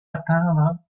atteindre